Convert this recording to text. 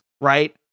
right